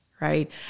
Right